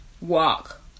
walk